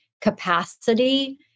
capacity